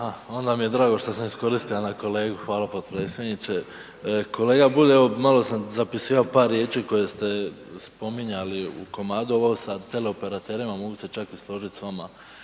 onda mi je drago što sam iskoristio na kolegu, hvala potpredsjedniče, kolega Bulj evo malo sam zapisivao par riječi koje ste spominjali u komadu ovo sa teleoperaterima mogu se čak i složit s vama